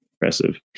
impressive